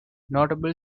notable